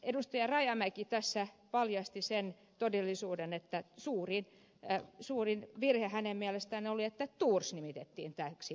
rajamäki tässä paljasti sen todellisuuden että suurin virhe hänen mielestään oli että thors nimitettiin täksi ministeriksi